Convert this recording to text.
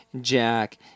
Jack